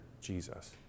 Jesus